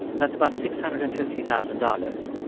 that's about six hundred and fifty thousand dollars.